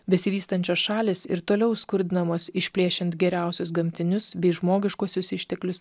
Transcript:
besivystančios šalys ir toliau skurdinamos išplėšiant geriausius gamtinius bei žmogiškuosius išteklius